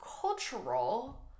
cultural